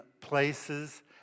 places